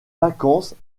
vacances